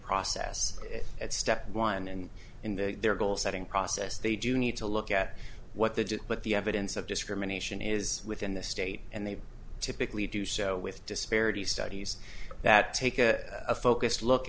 process at step one and in the their goal setting process they do need to look at what they do but the evidence of discrimination is within the state and they typically do so with disparity studies that take a focused look